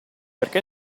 perché